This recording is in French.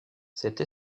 cette